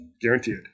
Guaranteed